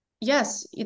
yes